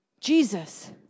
Jesus